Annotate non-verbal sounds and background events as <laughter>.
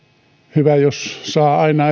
hyvä jos saa aina <unintelligible>